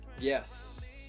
Yes